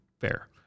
fair